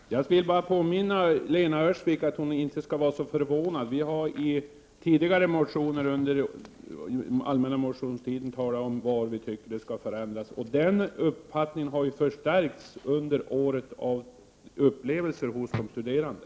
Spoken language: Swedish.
Fru talman! Mycket kort: Jag vill bara påminna Lena Öhrsvik och säga att hon inte skall vara så förvånad. Vi har i tidigare motioner under allmänna motionstiden talat om vad vi tycker skall förändras. Den uppfattningen har förstärkts under året av upplevelser hos de studerande.